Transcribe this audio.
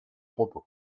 propos